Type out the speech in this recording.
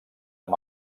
amb